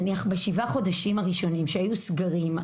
בשבעת החודשים הראשונים של הקורונה היו סגרים,